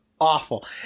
awful